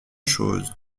chose